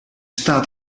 staat